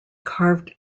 carved